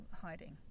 hiding